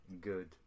good